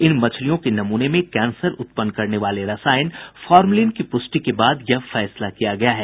इन मछलियों के नमूनों में कैंसर उत्पन्न करने वाले रसायन फॉर्मलिन की पुष्टि के बाद यह फैसला किया गया है